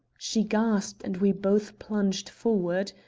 she gasped and we both plunged forward.